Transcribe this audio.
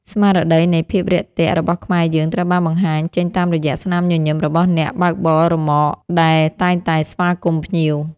ស្មារតីនៃភាពរាក់ទាក់របស់ខ្មែរយើងត្រូវបានបង្ហាញចេញតាមរយៈស្នាមញញឹមរបស់អ្នកបើកបររ៉ឺម៉កដែលតែងតែស្វាគមន៍ភ្ញៀវ។